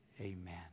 amen